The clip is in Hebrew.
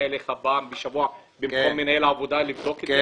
אליך פעם בשבוע במקום מנהל העבודה כדי לבדוק את הפיגומים?